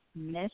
Miss